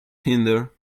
hinder